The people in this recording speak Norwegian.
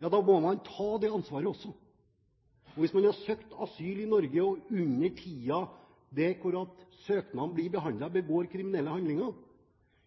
må man også ta det ansvaret. Hvis man har søkt asyl i Norge og under den tiden søknaden blir behandlet begår kriminelle handlinger,